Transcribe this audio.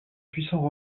puissants